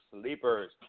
Sleepers